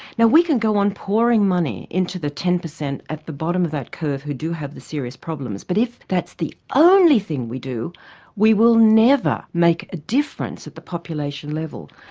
now we can go on pouring money into the ten percent at the bottom of that curve who do have the serious problems but if that's the only thing we do we will never make a difference at the population level.